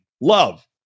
love